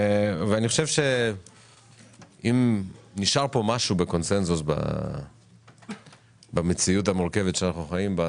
אם נשאר משהו בקונצנזוס במציאות המורכבת שאנחנו חיים בה,